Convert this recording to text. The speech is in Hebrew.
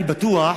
אני בטוח,